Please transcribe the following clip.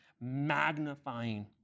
magnifying